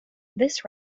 this